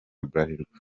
bralirwa